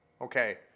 Okay